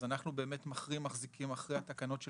אז אנחנו באמת מחזיקים אחרי התקנות של